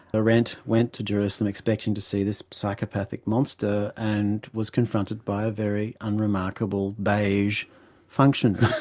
arendt went to jerusalem expecting to see this psychopathic monster and was confronted by a very unremarkable, beige functionary,